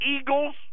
Eagles